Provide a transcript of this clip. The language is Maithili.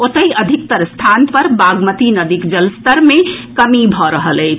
ओतहि अधिकतर स्थान पर बागमती नदीक जलस्तर मे कमी भऽ रहल अछि